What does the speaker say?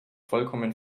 vollkommen